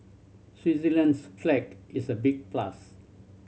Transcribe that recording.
Switzerland's flag is a big plus